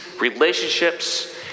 relationships